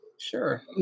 Sure